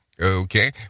Okay